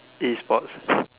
e sports